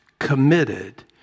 committed